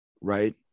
right